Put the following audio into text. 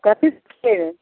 कथी से छिए